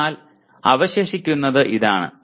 അതിനാൽ അവശേഷിക്കുന്നത് ഇതാണ്